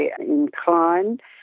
inclined